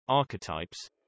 Archetypes